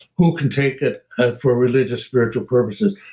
who can take it for religious spiritual purposes?